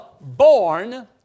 born